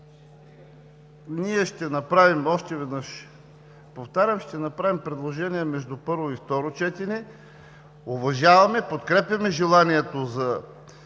ние ще направим още веднъж, повтарям, ще направим предложения между първо и второ четене. Уважаваме, подкрепяме желанието за